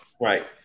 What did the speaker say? Right